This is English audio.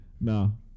no